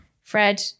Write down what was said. Fred